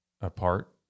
apart